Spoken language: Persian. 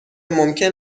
ممکن